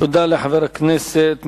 תודה לחבר הכנסת בן-ארי.